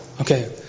okay